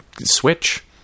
switch